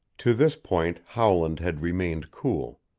to this point howland had remained cool.